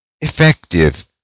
effective